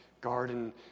garden